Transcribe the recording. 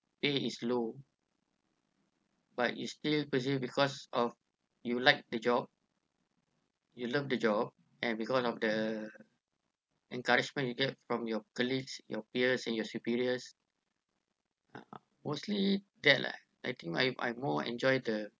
pay is low but you still persist because of you like the job you love the job and because of the encouragement you get from your colleagues your peers and your superiors ah mostly that lah I think I I more enjoy the